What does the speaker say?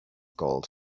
gold